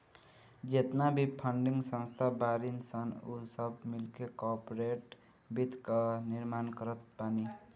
जेतना भी फंडिंग संस्था बाड़ीन सन उ सब मिलके कार्पोरेट वित्त कअ निर्माण करत बानी